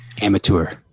Amateur